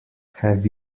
have